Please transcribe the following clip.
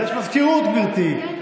יש מזכירות, גברתי.